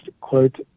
quote